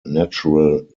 natural